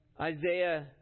Isaiah